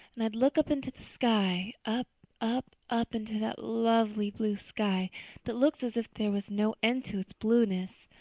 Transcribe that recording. and i'd look up into the sky up up up into that lovely blue sky that looks as if there was no end to its blueness.